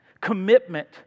commitment